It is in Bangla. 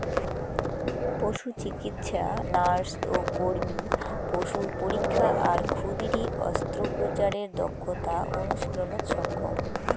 পশুচিকিৎসা নার্স ও কর্মী পশুর পরীক্ষা আর ক্ষুদিরী অস্ত্রোপচারের দক্ষতা অনুশীলনত সক্ষম